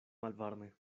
malvarme